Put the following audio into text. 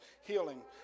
healing